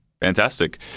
fantastic